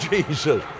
Jesus